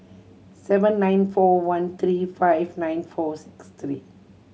seven nine four one three five nine four six three